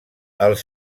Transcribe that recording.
els